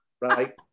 right